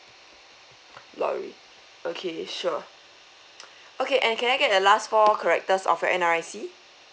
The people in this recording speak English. lorry okay sure okay and can I get a last four characters of your N_R_I_C